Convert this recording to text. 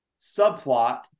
subplot